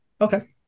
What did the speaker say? Okay